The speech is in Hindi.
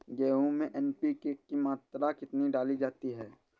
गेहूँ में एन.पी.के की मात्रा कितनी डाली जाती है?